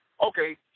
Okay